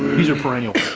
these are perennial,